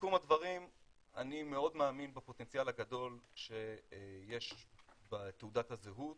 לסיכום הדברים אני מאוד מאמין בפוטנציאל הגדול שיש בתעודת הזהות,